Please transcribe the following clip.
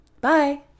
bye